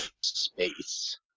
Space